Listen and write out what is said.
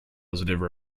positive